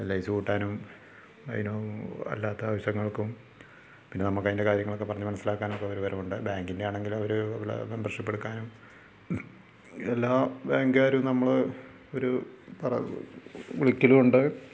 L I C കൂട്ടാനും അതിനും അല്ലാത്ത ആവശ്യങ്ങൾക്കും പിന്നെ നമുക്ക് അതിൻ്റെ കാര്യങ്ങളൊക്കെ പറഞ്ഞു മനസ്സിലാക്കാനൊക്കെ അവർ വരുന്നുണ്ട് ബാങ്കിൻ്റെയാണെങ്കിലും അവർ ഇവിടെ മെമ്പർഷിപ്പ് എടുക്കാനും എല്ലാ ബാങ്കുകാരും നമ്മളെ ഒരു പറ വിളിക്കലൂണ്ട്